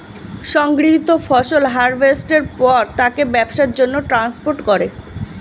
সংগৃহীত ফসল হারভেস্টের পর তাকে ব্যবসার জন্যে ট্রান্সপোর্ট করে